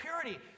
purity